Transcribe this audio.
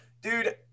Dude